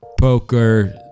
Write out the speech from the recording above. poker